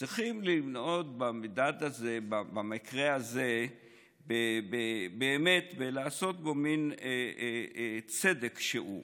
צריכים במקרה הזה לעשות צדק כלשהו.